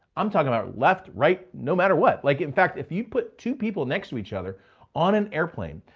i'm talking about left, right? no matter what. like in fact, if you put two people next to each other on an airplane,